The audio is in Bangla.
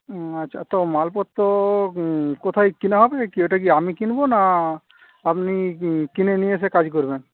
আচ্ছা তো মালপত্র কোথায় কিনা হবে এটা কি আমি কিনবো না আপনি কিনে নিয়ে এসে কাজ করবেন